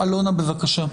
אלונה, בבקשה.